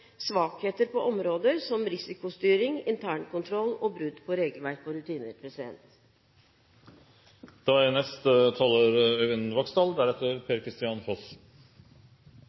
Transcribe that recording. svakheter på områder som risikostyring, internkontroll og brudd på regelverk og rutiner. Bare noen svært korte kommentarer i saken. Forsvaret er